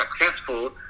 successful